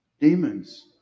Demons